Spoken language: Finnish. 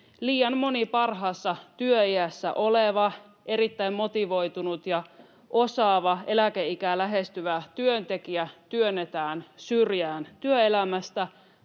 Liian moni parhaassa työiässä oleva erittäin motivoitunut ja osaava, eläkeikää lähestyvä työntekijä työnnetään syrjään työelämästä,